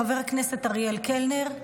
חבר הכנסת אריאל קלנר,